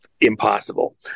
impossible